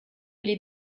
les